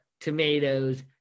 tomatoes